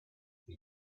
ich